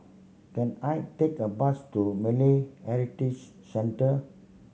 can I take a bus to Malay Heritage Centre